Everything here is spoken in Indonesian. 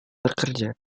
bekerja